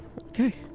okay